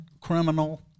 criminal